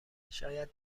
شاید